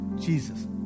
Jesus